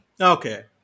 Okay